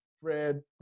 Fred